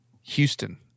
houston